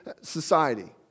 society